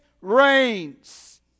reigns